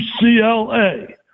UCLA